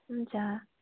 हुन्छ